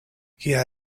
kia